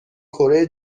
کره